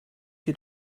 you